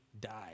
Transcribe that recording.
died